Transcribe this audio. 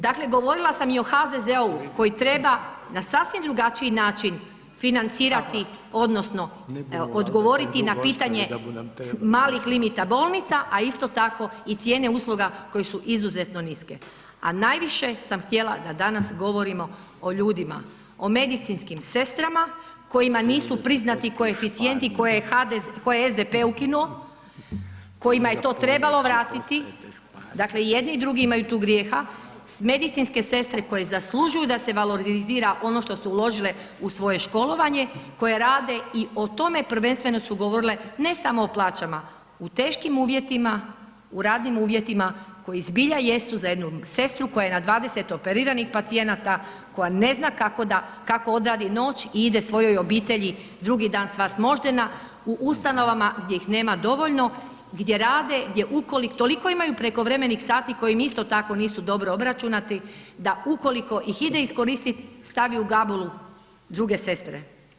Dakle, govorila sam i o HZZO-u koji treba na sasvim drugačiji način financirati odnosno evo odgovoriti na pitanje malih limita bolnica, a isto tako i cijene usluga koje su izuzetno niske, a najviše sam htjela da danas govorimo o ljudima, o medicinskim sestrama kojima nisu priznati koeficijenti koje je SDP ukinuo, kojima je to trebalo vratiti, dakle i jedni i drugi imaju tu grijeha, medicinske sestre koje zaslužuju da se valorizira ono što su uložile u svoje školovanje, koje rade i o tome prvenstveno su govorile ne samo o plaćama, u teškim uvjetima, u radnim uvjetima, koji zbilja jesu za jednu sestru koja je na 20 operiranih pacijenata, koja ne zna kako da, kako odradi noć i ide svojoj obitelji, drugi dan sva smoždena u ustanovama gdje ih nema dovoljno, gdje rade, gdje toliko imaju prekovremenih sati koji im isto tako nisu dobro obračunati da ukoliko ih ide iskoristit stavi u gabulu druge sestre.